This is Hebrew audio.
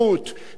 לא כדי,